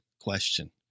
question